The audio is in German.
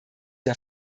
der